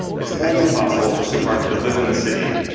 it's only possible for supartie to live in the city,